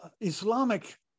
Islamic